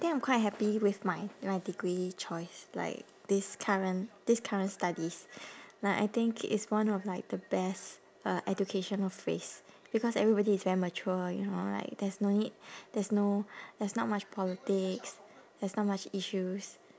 think I'm quite happy with my my degree choice like this current this current studies like I think it's one of like the best uh educational phase because everybody is very mature you know like there's no need there's no there's not much politics there's not much issues